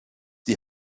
die